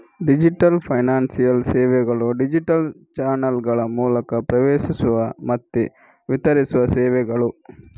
digital financial ಸೇವೆಗಳು digital ಚಾನಲ್ಗಳ ಮೂಲಕ ಪ್ರವೇಶಿಸುವ ಮತ್ತೆ ವಿತರಿಸುವ ಸೇವೆಗಳು